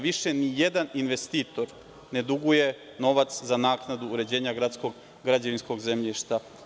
Više nijedan investitor ne duguje novac za naknadu uređenja gradskog građevinskog zemljišta.